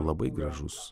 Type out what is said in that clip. labai gražus